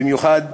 במיוחד